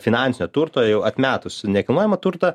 finansinio turto jau atmetus nekilnojamą turtą